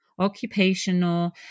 occupational